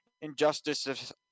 Injustice